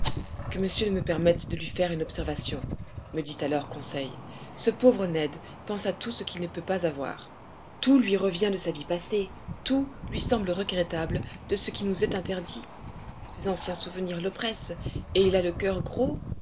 que monsieur me permette de lui faire une observation me dit alors conseil ce pauvre ned pense à tout ce qu'il ne peut pas avoir tout lui revient de sa vie passée tout lui semble regrettable de ce qui nous est interdit ses anciens souvenirs l'oppressent et il a le coeur gros